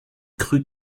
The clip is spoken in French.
crut